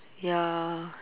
ya